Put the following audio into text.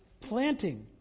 planting